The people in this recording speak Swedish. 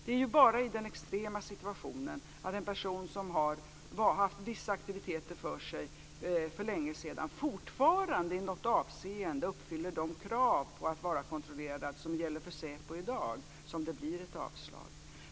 Det är bara i extrema situationer, då en person som för länge sedan haft vissa aktiviteter för sig fortfarande i något avseende uppfyller de krav på att vara kontrollerad som gäller för säpo i dag, som det blir ett avslag.